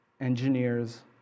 engineers